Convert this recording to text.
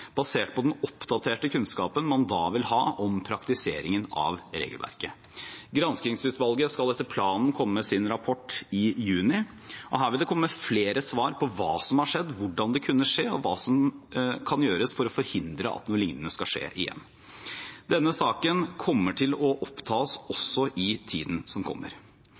basert på den oppdaterte kunnskapen man da vil ha om praktiseringen av regelverket. Granskingsutvalget skal etter planen komme med sin rapport i juni. Her vil det komme flere svar på hva som har skjedd, hvordan det kunne skje og hva som kan gjøres for å forhindre at noe lignende skal skje igjen. Denne saken kommer til å oppta oss også i tiden som kommer.